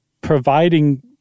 providing